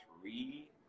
three